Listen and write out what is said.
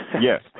Yes